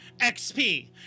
XP